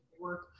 work